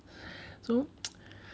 so